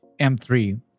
M3